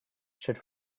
should